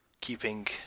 keeping